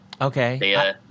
Okay